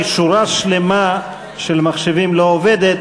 כי שורה שלמה של מחשבים לא עובדת,